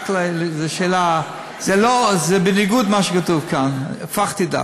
זה בניגוד למה שכתוב כאן, הפכתי דף.